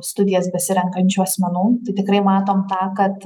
studijas besirenkančių asmenų tai tikrai matom tą kad